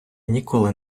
ніколи